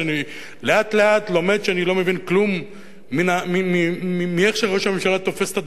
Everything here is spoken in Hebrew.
ואני לאט-לאט לומד שאני לא מבין כלום איך ראש הממשלה תופס את הדברים.